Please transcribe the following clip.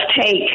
take